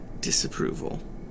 disapproval